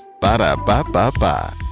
Ba-da-ba-ba-ba